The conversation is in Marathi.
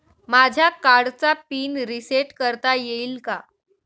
माझ्या कार्डचा पिन रिसेट करता येईल का?